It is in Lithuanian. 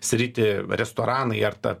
sritį restoranai ar ta